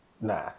nah